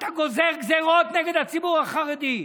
אתה גוזר גזרות נגד הציבור החרדי.